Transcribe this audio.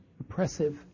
oppressive